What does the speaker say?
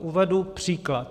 Uvedu příklad.